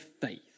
faith